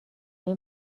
این